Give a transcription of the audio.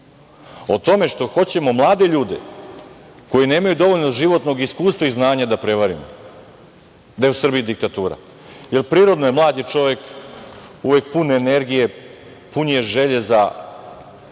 tome što hoćemo mlade ljude, koji nemaju dovoljno životnog iskustva i znanja, da prevarimo da je u Srbiji diktatura, jer prirodno je, mlad je čovek uvek pun energije, pun je želje za